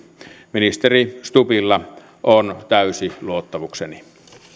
ministeri stubbilla on täysi luottamukseni